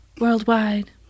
Worldwide